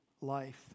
life